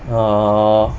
uh